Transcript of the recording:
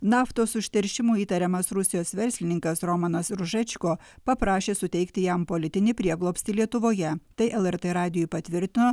naftos užteršimu įtariamas rusijos verslininkas romanas ružečko paprašė suteikti jam politinį prieglobstį lietuvoje tai lrt radijui patvirtino